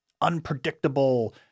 unpredictable